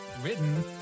Written